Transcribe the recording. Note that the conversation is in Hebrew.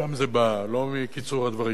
משם זה בא, לא מקיצור הדברים,